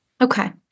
Okay